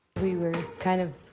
we were kind of